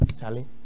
Charlie